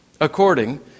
according